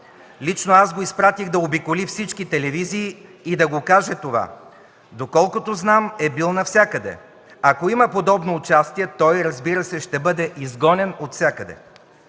Лично аз го изпратих да обиколи всички телевизии и да го каже това. Доколкото знам, е бил навсякъде. Ако има подобно участие, той, разбира се, ще бъде изгонен отвсякъде.“